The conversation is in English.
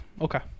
okay